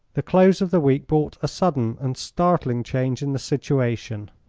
the close of the week brought a sudden and startling change in the situation.